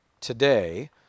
today